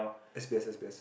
S_B_S S_B_S